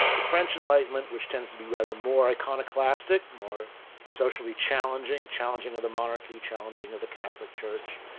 the french enlightenment which tends to be rather more iconoclastic, more socially challenging, challenging of the monarchy, challenging of the catholic church,